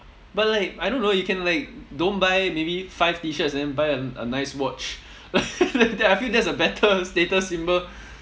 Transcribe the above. but like I don't know you can like don't buy maybe five T-shirts then buy a a nice watch like that that I feel that's a better status symbol